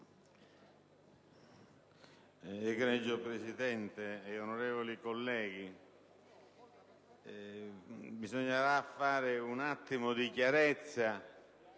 Presidente, onorevoli colleghi, bisognerà fare un po' di chiarezza,